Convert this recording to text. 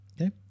Okay